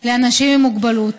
אנשים עם מוגבלות.